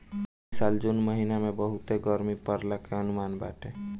इ साल जून महिना में बहुते गरमी पड़ला के अनुमान बाटे